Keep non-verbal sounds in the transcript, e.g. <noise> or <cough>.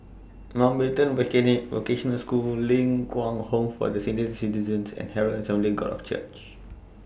Mountbatten <unintelligible> Vocational School Ling Kwang Home For The Senior Citizens and Herald Assembly God of Church